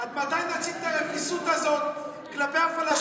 עד מתי נמשיך את הרפיסות הזאת כלפי הפלסטינים?